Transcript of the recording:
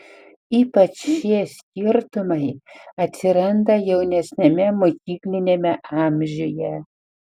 ypač šie skirtumai atsiranda jaunesniame mokykliniame amžiuje